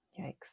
yikes